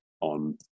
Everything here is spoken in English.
on